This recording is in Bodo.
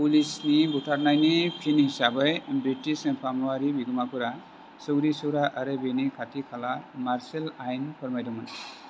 पुलिसनि बुथारनायनि फिन हिसाबै ब्रिटिश फामुआरि बिगुमाफोरा सौरि सौरा आरो बेनि खाथि खाला मार्शेल आयेन फोरमायदोंमोन